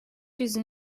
yüzün